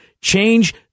Change